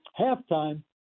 halftime